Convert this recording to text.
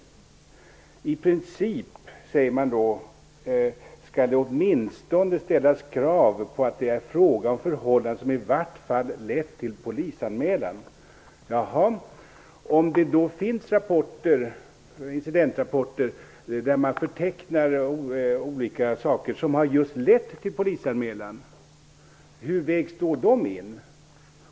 I princip, sägs det, skall det åtminstone ställas krav på att det är fråga om förhållanden som i vart fall lett till polisanmälan. Om det då finns incidentrapporter med förteckningar över olika saker som har lett till just polisanmälan - hur vägs de då in?